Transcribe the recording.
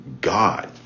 God